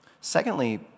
Secondly